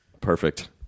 Perfect